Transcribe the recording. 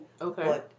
Okay